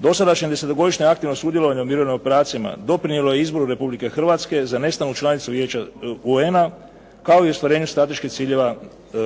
Dosadašnjem 10-godišnjem aktivnom sudjelovanju u mirovnim operacijama doprinijelo je izboru Republike Hrvatske za nestalnu članicu Vijeća UN-a kao i ostvarenje strateških ciljeva